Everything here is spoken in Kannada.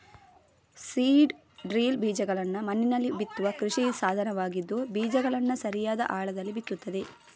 ಸೀಡ್ ಡ್ರಿಲ್ ಬೀಜಗಳನ್ನ ಮಣ್ಣಿನಲ್ಲಿ ಬಿತ್ತುವ ಕೃಷಿ ಸಾಧನವಾಗಿದ್ದು ಬೀಜಗಳನ್ನ ಸರಿಯಾದ ಆಳದಲ್ಲಿ ಬಿತ್ತುತ್ತದೆ